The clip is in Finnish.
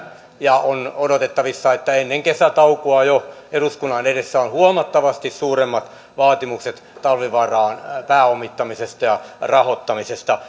ja on odotettavissa että jo ennen kesätaukoa eduskunnan edessä on huomattavasti suuremmat vaatimukset talvivaaran pääomittamisesta ja rahoittamisesta